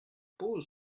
pose